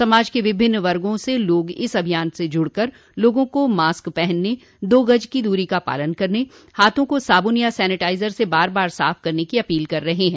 समाज के विभिन्न वर्गो से लोग इस अभियान में जुड़कर लोगों से मॉस्क पहनने दो गज की दूरी का पालन करने हाथों को साबुन या सेनिटाइजर से बार बार साफ करने की अपील कर रहे हैं